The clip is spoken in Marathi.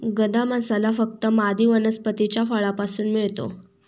गदा मसाला फक्त मादी वनस्पतीच्या फळापासून मिळतो